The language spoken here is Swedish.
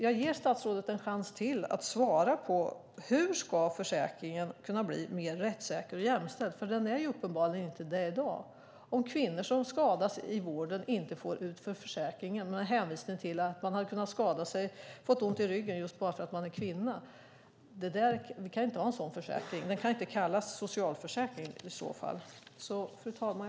Jag ger statsrådet en chans till att svara på hur försäkringen ska kunna bli mer rättssäker och jämställd. Den är uppenbarligen inte det i dag, om kvinnor som skadas i vården inte får ut något från försäkringen med hänvisning till att de hade kunnat skada sig och fått ont i ryggen just bara för att de är kvinnor. Vi kan inte ha en sådan försäkring. Den kan inte kallas socialförsäkring i så fall. Fru talman!